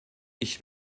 ich